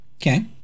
okay